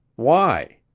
why?